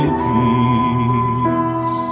peace